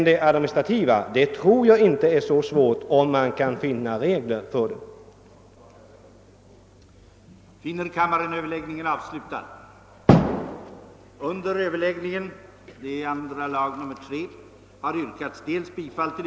De administrativa problemen tror jag inte är så svåra om man bara kan åstadkomma regler för detta. cialförsäkringsskyddet för företagare och fria yrkesutövare i syfte att åstadkomma ökade valmöjligheter;